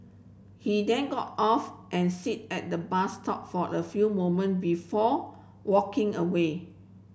he then got off and sit at the bus stop for a few moment before walking away